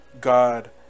god